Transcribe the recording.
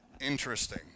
Interesting